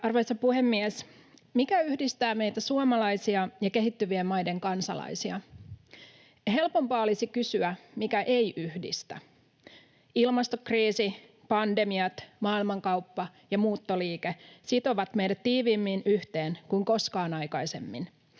Arvoisa puhemies! Mikä yhdistää meitä suomalaisia ja kehittyvien maiden kansalaisia? Helpompaa olisi kysyä: mikä ei yhdistä? Ilmastokriisi, pandemiat, maailmankauppa ja muuttoliike sitovat meidät tiiviimmin yhteen kuin koskaan aikaisemmin.